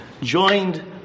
Joined